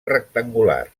rectangular